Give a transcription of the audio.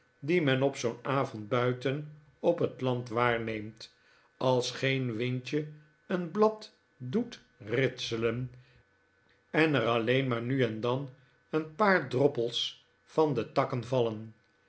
die men op zoo'n avond buiten op het land waarneemt als geen windje een blad doet ritselen en er alleen maar nu en dan een paar droppels van de takken vallen